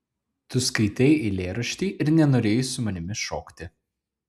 tu skaitei eilėraštį ir nenorėjai su manimi šokti